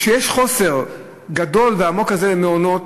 כשיש חוסר גדול ועמוק כזה במעונות,